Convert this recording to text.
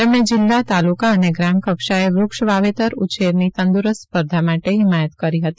તેમણે જિલ્લા તાલુકા અને ગ્રામ કક્ષાએ વૃક્ષ વાવેતર ઉછેરની તંદુરસ્ત સ્પર્ધા માટે હિમાયત કરી હતી